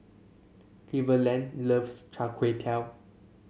Cleveland loves Char Kway Teow